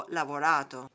lavorato